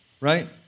right